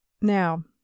Now